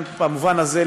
גם במובן הזה,